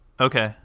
Okay